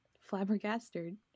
flabbergasted